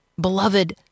Beloved